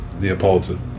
Neapolitan